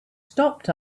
stopped